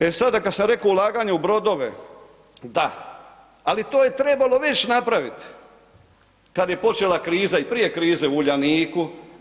E sada kada sam rekao ulaganje u brodove, da, ali to je trebalo već napraviti kada je počela kriza i prije krize u Uljaniku.